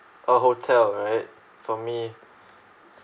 a hotel right for me